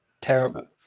terrible